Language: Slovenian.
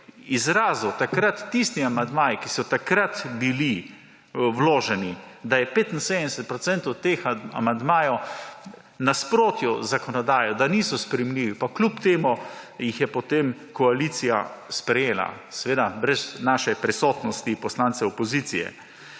izrazil takrat tisti amandmaji, ki so takrat bili vloženi, da je 75 % teh amandmajev v nasprotju z zakonodajo, da niso sprejemljivi, pa kljub temu jih je potem koalicija sprejela, seveda brez naše prisotnosti, poslancev opozicije,